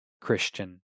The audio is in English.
Christian